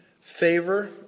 favor